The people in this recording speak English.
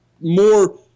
more